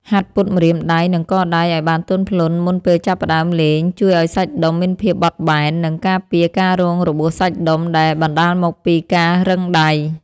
ហាត់ពត់ម្រាមដៃ និងកដៃឱ្យបានទន់ភ្លន់មុនពេលចាប់ផ្តើមលេងជួយឱ្យសាច់ដុំមានភាពបត់បែន និងការពារការរងរបួសសាច់ដុំដែលបណ្ដាលមកពីការរឹងដៃ។